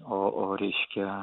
o p reiškia